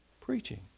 preaching